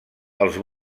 els